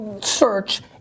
search